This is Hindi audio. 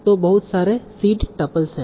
तो बहुत सारे सीड टपल्स हैं